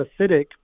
acidic